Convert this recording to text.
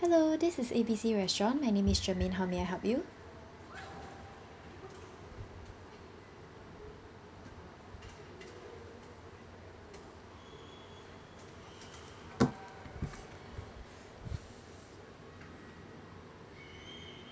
hello this is A B C restaurant my name is jermaine how may I help you